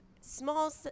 small